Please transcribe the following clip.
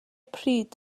pryd